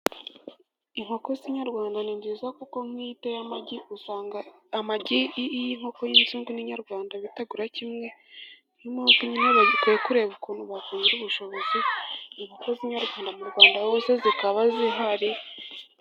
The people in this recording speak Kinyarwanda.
Inkoko z'inyarwanda ni nziza, kuko nk'iyo iteye amagi usanga, amagi y'inko y'inzungu n'inyarwanda bitagura kimwe, niyo mpamvu bakwiye nyine kureba ukuntu bakongera ubushobozi, inkoko z'inyarwanda mu Rwanda hose zikaba zihari.